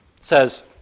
says